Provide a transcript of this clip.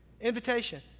Invitation